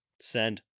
send